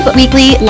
weekly